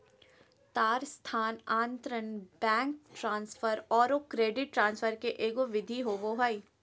तार स्थानांतरण, bank transfer औरो क्रेडिट ट्रांसफ़र के एगो विधि होबो हइ